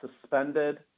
suspended